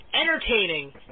entertaining